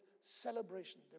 celebration